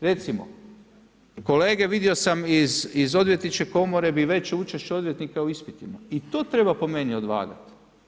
Recimo kolege, vidio sam iz odvjetničke komore, bi veće učešće odvjetnika u ispitima i to treba po meni odvagat.